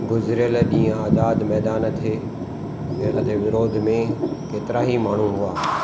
गुज़िरियल ॾींहुं आज़ादु मैदान थे थियल दे विरोध में केतिरा ही माण्हू मुआ